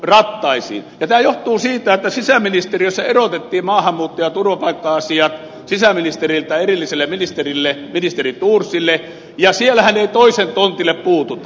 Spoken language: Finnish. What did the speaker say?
ja tämä johtuu siitä että sisäministeriössä erotettiin maahanmuutto ja turvapaikka asiat sisäministeriltä erilliselle ministerille ministeri thorsille ja siellähän ei toisen tontille puututa